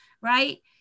Right